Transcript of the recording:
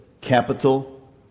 capital